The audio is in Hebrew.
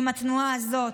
עם התנועה הזאת.